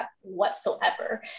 whatsoever